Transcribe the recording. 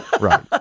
right